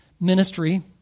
ministry